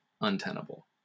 untenable